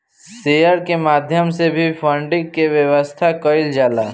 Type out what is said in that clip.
share के माध्यम से भी फंडिंग के व्यवस्था कईल जाला